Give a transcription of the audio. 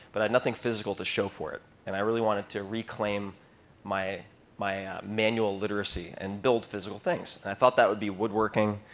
but i had nothing physical to show for it. and i really wanted to reclaim my my manual literacy and build physical things. and i thought that would be woodworking.